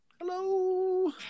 Hello